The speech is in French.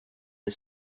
est